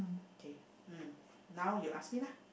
okay um now you ask me lah